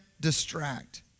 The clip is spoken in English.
Distract